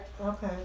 okay